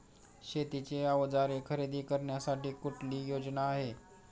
शेतीची अवजारे खरेदी करण्यासाठी कुठली योजना आहे?